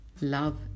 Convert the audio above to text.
love